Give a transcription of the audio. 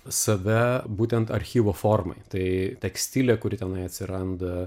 save būtent archyvo formai tai tekstilė kuri tenai atsiranda